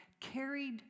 carried